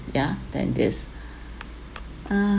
ya than this uh